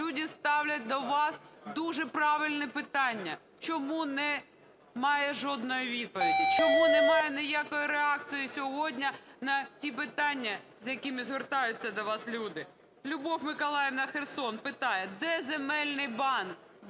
Люди ставлять до вас дуже правильне питання. Чому немає жодної відповіді? Чому немає ніякої реакції сьогодні на ті питання, з якими звертаються до вас люди? Любов Миколаївна (Херсон) питає: "Де земельний банк?